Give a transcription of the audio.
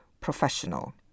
professional